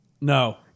No